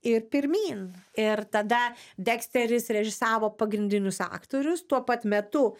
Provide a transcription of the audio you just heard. ir pirmyn ir tada deksteris režisavo pagrindinius aktorius tuo pat metu